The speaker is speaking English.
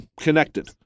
connected